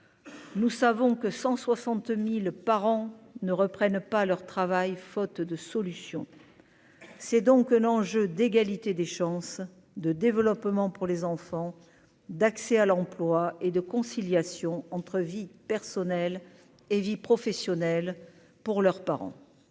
nous savons que 160000 par ne reprennent pas leur travail, faute de solution, c'est donc un enjeu d'égalité des chances de développement pour les enfants d'accès à l'emploi et de conciliation entre vie personnelle et vie professionnelle, pour leurs parents.